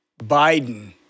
Biden